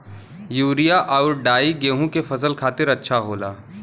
urea आउर डाई गेहूं के फसल खातिर अच्छा होला